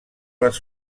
les